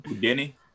denny